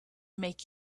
make